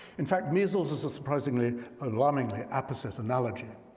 in fact, measles is a surprisingly alarmingly apposite analogy,